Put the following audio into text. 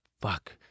fuck